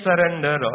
surrender